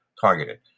targeted